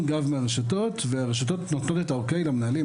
גב מהרשתות והרשתות נותנות את ה-אוקי למנהלים,